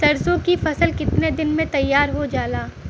सरसों की फसल कितने दिन में तैयार हो जाला?